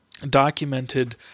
documented